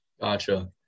Gotcha